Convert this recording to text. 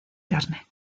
carne